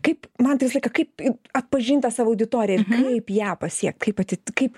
kaip man tai visą laiką kaip i atpažint tą savo auditoriją ir kaip ją pasiekti kai pati kaip